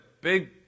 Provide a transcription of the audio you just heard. big